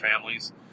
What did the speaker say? families